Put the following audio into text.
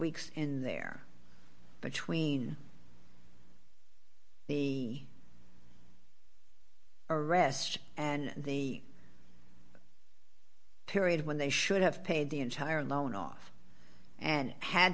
weeks in there between the arrest and the period when they should have paid the entire loan off and had